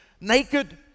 naked